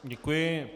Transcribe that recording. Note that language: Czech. Děkuji.